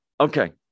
Okay